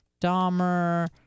Dahmer